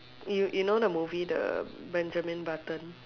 you you know the movie the Benjamin button